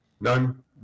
None